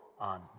on